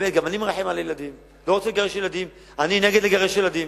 אני באמת מרחם על ילדים ולא רוצה לגרש ילדים.